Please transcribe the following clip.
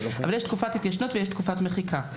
אבל יש תקופת התיישנות ויש תקופת מחיקה.